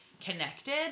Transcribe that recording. connected